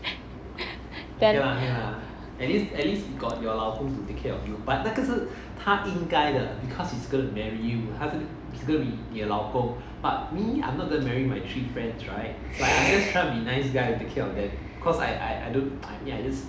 then